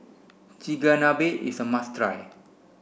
Chigenabe is a must try